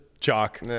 Chalk